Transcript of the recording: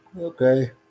Okay